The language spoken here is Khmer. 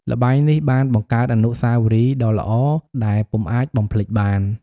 ល្បែងនេះបានបង្កើតអនុស្សាវរីយ៍ដ៏ល្អដែលពុំអាចបំភ្លេចបាន។